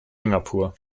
singapur